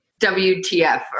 WTF